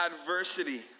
adversity